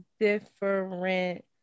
different